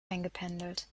eingependelt